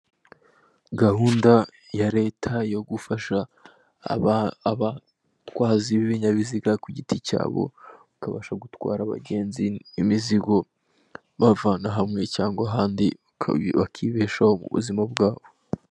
Gahunda ya Leta yo gufasha abatwazi b'ibinyabiziga ku giti cyabo bakabasha gutwara abagenzi imizigo, babavana hamwe cyangwa ahandi bakibeshaho mu buzima bwabo.